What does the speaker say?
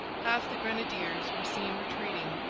half the grenadiers were seen retreating,